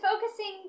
focusing